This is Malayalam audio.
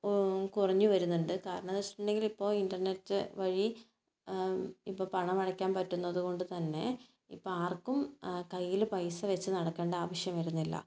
കുറഞ്ഞുവരുന്നുണ്ട് കാരണമെന്തെന്ന് വെച്ചിട്ടുണ്ടെങ്കിൽ ഇപ്പോൾ ഇൻ്റർനെറ്റ് വഴി ഇപ്പം പണം അടയ്ക്കാൻ പറ്റുന്നത് കൊണ്ട് തന്നെ ഇപ്പം ആർക്കും കയ്യിൽ പൈസ വെച്ച് നടക്കേണ്ട ആവശ്യം വരുന്നില്ല